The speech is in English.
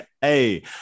hey